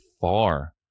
far